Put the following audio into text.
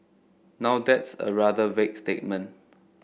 now that's a rather vague statement